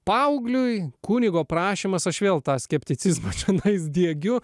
paaugliui kunigo prašymas aš vėl tą skepticizmą šventais diegiu